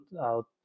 out